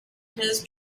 his